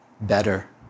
better